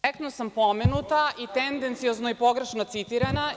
Direktno sam pomenuta i tendenciozno i pogrešno citirana.